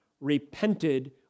repented